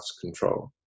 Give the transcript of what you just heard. control